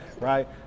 right